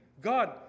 God